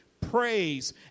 praise